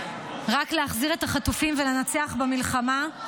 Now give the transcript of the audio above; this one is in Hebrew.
רק להחזיר את החטופים ולנצח במלחמה,